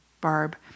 barb